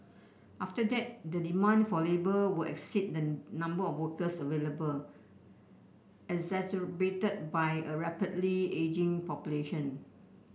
after that the demand for labour will exceed the number of workers available exacerbated by a rapidly ageing population